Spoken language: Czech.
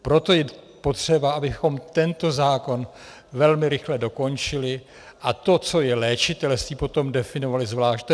Proto je potřeba, abychom tento zákon velmi rychle dokončili a to, co je léčitelství, potom definovali zvlášť.